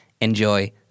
enjoy